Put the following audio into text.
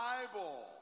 Bible